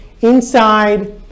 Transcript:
inside